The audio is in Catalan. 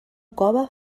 cove